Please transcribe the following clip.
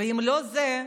ואם לא זה,